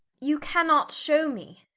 you cannot shew me.